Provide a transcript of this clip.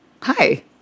Hi